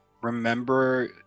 Remember